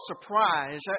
surprise